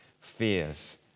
fears